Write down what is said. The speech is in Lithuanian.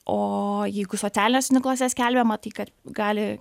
o jeigu socialiniuose tinkluose skelbiama tai kad gali